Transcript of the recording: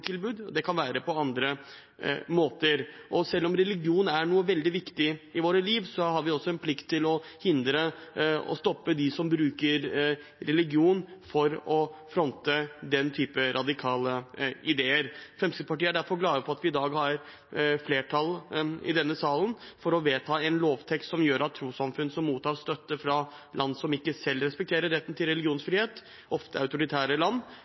og det kan være på andre måter. Og selv om religion er noe veldig viktig i vårt liv, har vi også en plikt til å stoppe dem som bruker religion til å fronte den typen radikale ideer. I Fremskrittspartiet er vi derfor glad for at vi i dag har flertall i denne salen for å vedta en lovtekst som gjør at trossamfunn som mottar støtte fra land som ikke selv respekterer retten til religionsfrihet, ofte autoritære land,